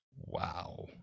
Wow